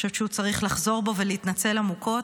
אני חושבת שהוא צריך לחזור בו ולהתנצל עמוקות.